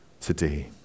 today